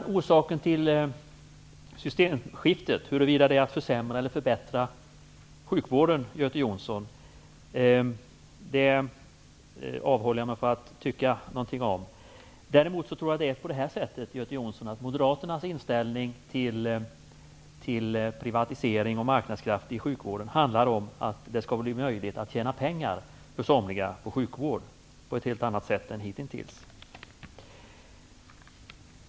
Huruvida systemskiftet innebär en förbättring eller försämring av sjukvården, Göte Jonsson, avhåller jag mig från att tycka någonting om. Däremot tror jag att moderaternas inställning till privatisering och marknadskrafter i sjukvården handlar om att det skall bli möjligt för somliga att tjäna pengar på sjukvård på ett annat sätt än hittills.